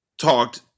talked